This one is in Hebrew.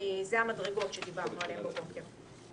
לא נותנים הלוואה כפולה